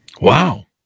Wow